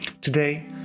Today